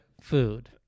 food